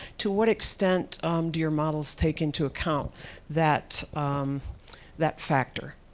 to what extent do your models take into account that that factor?